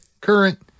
current